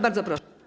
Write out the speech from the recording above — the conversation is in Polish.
Bardzo proszę.